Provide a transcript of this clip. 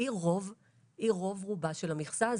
היא רוב-רובה של המכסה הזאת.